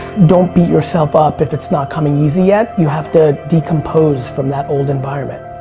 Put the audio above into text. don't beat yourself up if it's not coming easy yet. you have to decompose from that old environment.